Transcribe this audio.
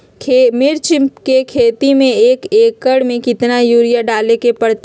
मिर्च के खेती में एक एकर में कितना यूरिया डाले के परतई?